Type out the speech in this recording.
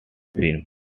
film